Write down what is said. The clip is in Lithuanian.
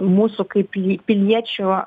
mūsų kaip ji piliečių